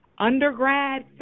undergrad